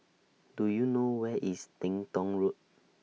Do YOU know Where IS Teng Tong Road